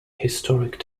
historic